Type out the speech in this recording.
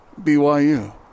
BYU